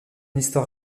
histoire